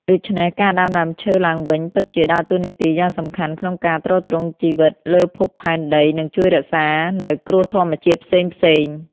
ដូច្នេះការដាំដើមឈើឡើងវិញពិតជាដើរតួនាទីយ៉ាងសំខាន់ក្នុងការទ្រទ្រង់ជីវិតលើភពផែនដីនិងជួយរក្សានៅគ្រោះធម្មជាតិផ្សេងៗ។